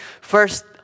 First